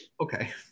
Okay